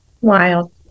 Wild